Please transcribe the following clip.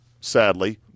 sadly